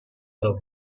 آورد